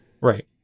Right